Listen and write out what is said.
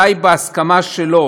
די בהסכמה שלו